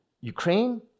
Ukraine